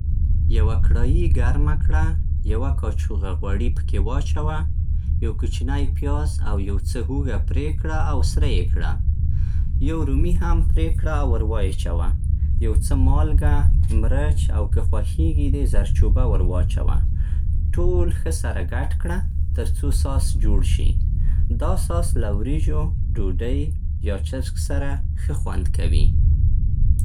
یوه کړايي ګرمه کړه. یوه کاچوغه غوړي پکې واچوه. یو کوچنی پیاز او یو څه هوږه پرې کړه او سره یې کړه. یو رومي هم پرې کړه او ور وايې چوه. یو څه مالګه، مرچ، او که خوښېږي دې زرچوبه ور واچوه. ټول ښه سره ګډ کړه؛ ترڅو ساس جوړ شي. دا ساس له وریجو، ډوډۍ، یا چرګ سره ښه خوند کوي.